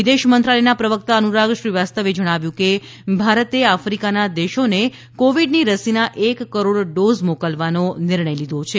વિદેશ મંત્રાલયના પ્રવક્તા અનુરાગ શ્રીવાસ્તવે જણાવ્યું છે કે ભારતે આફિકાના દેશોને કોવિડની રસીના એક કરોડ ડોઝ મોકલવાનો નિર્ણય લીધો છે